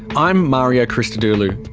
i'm mario christodoulou.